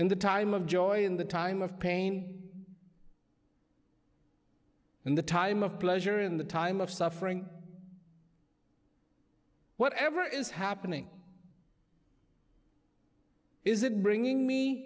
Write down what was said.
and the time of joy in the time of pain and the time of pleasure in the time of suffering whatever is happening is it bringing me